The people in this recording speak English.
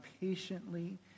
patiently